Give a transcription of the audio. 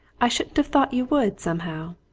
i shouldn't have thought you would, somehow.